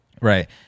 right